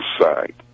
side